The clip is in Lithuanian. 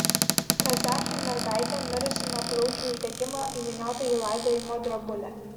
kazachė mergaitė mirusi nuo plaučių uždegimo įvyniota į laidojimo drobulę